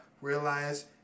realize